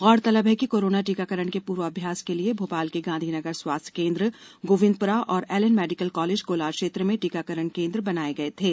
गौरतलब है कि कोरोना टीकाकरण के पूर्वाभ्यास के लिए भोपाल के गांधीनगर स्वास्थ्यकेंद्र गोविंदपुरा और एलएन मेडीकल कालेज कोलार क्षेत्र में टीकाकरण केन्द्र बनाये गये थे